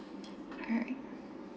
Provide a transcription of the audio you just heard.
alright